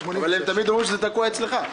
אבל הם תמיד אומרים שזה תקוע אצלך.